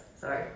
Sorry